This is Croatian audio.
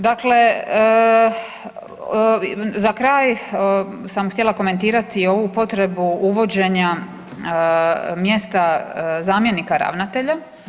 Dakle, za kraj sam htjela komentirati ovu potrebu uvođenja mjesta zamjenika ravnatelja.